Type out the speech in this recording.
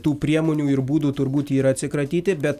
tų priemonių ir būdų turbūt yra atsikratyti bet